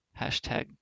Hashtag